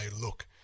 look